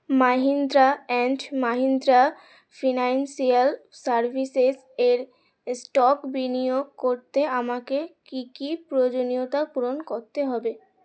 Mahindra and Mahindra financial services এর stock বিনিয়োগ করতে আমাকে কী কী প্রয়োজনীয়তা পূরণ করতে হবে